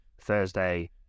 thursday